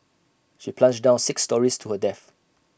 she plunged down six storeys to her death